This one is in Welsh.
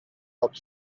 help